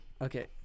Okay